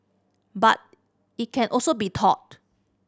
but it can also be taught